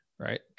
right